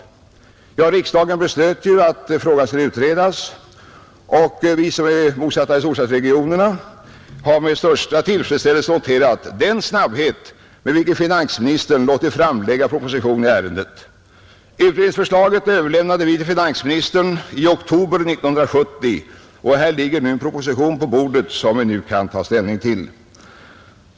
Riksdagen beslöt emellertid att frågan skulle utredas, och vi som är bosatta i storstadsregionerna har med största tillfredsställelse noterat den snabbhet med vilken finansministern låtit framlägga proposition i ärendet. Utredningsförslaget överlämnades till finansministern i oktober 1970, och här föreligger nu en proposition som vi kan ta ställning till.